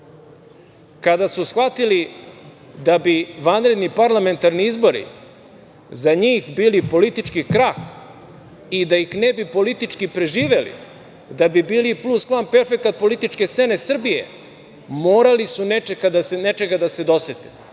su shvatili da bi vanredni parlamentarni izbori za njih bili politički krah i da ih ne bi politički preživeli, da bi bili pluskvamperfekat političke scene Srbije, morali su nečega da se dosete.